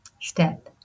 step